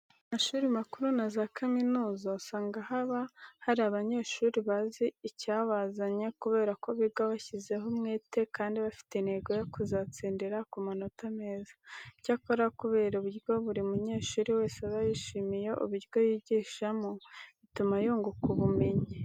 Mu mashuri makuru na za kaminuza usanga haba hari abanyeshuri bazi icyabazanye kubera ko biga bashyizeho umwete kandi bafite intego yo kuzatsindira ku manota meza. Icyakora kubera uburyo buri munyeshuri wese aba yishimiye uburyo yigishwamo bituma yunguka ubumenyi.